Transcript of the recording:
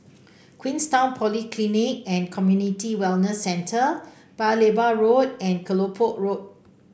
Queenstown Polyclinic and Community Wellness Centre Paya Lebar Road and Kelopak Road